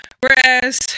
whereas